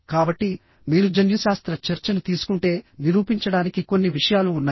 కాబట్టి మీరు జన్యుశాస్త్ర చర్చను తీసుకుంటే నిరూపించడానికి కొన్ని విషయాలు ఉన్నాయి